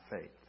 faith